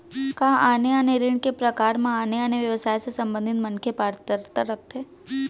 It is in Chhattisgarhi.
का आने आने ऋण के प्रकार म आने आने व्यवसाय से संबंधित मनखे पात्रता रखथे?